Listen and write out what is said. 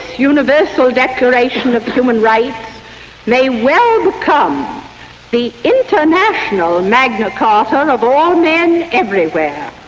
universal declaration of human rights may well become the international magna carta of all men everywhere.